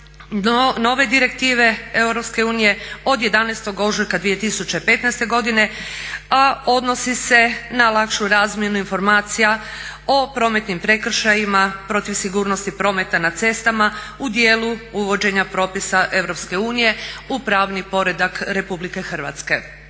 nove Direktive Europske unije od 11. ožujka 2015. godine a odnosi se na lakšu razmjenu informacija o prometnim prekršajima protiv sigurnosti prometa na cestama u dijelu uvođenja propisa Europske unije u pravni poredak Republike Hrvatske.